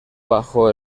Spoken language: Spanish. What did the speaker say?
bajo